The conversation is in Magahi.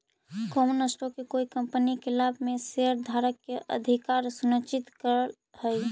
कॉमन स्टॉक कोई कंपनी के लाभ में शेयरधारक के अधिकार सुनिश्चित करऽ हई